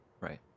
right